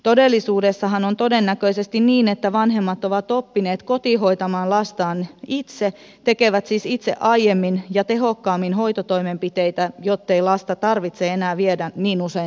todellisuudessahan on todennäköisesti niin että vanhemmat ovat oppineet kotihoitamaan lastaan itse tekevät siis itse aiemmin ja tehokkaammin hoitotoimenpiteitä jottei lasta tarvitse enää viedä niin usein sairaalaan